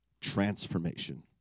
transformation